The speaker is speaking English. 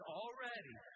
already